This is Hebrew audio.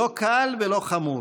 לא קל ולא חמור,